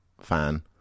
fan